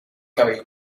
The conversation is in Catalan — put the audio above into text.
cabell